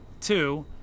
Two